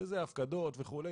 שזה הפקדות וכולי